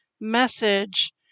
message